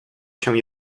się